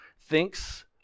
thinks